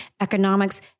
economics